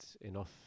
enough